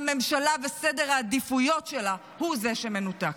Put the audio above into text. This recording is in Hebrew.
הממשלה וסדר העדיפויות הוא זה שמנותק.